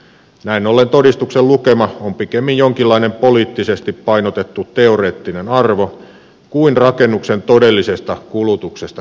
näin ollen todistuksen lukema on pikemmin jonkinlainen poliittisesti painotettu teoreettinen arvo kuin rakennuksen todellisesta kulutuksesta kertova luku